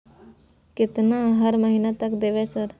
केतना हर महीना तक देबय सर?